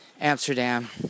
Amsterdam